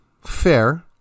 fair